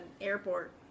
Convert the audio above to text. airport